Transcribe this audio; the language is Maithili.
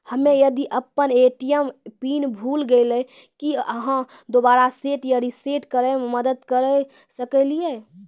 हम्मे यदि अपन ए.टी.एम पिन भूल गलियै, की आहाँ दोबारा सेट या रिसेट करैमे मदद करऽ सकलियै?